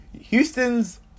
Houston's